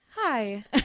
Hi